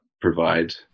provide